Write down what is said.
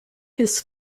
his